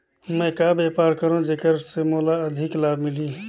मैं कौन व्यापार करो जेकर से मोला अधिक लाभ मिलही?